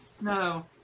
No